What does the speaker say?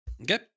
Okay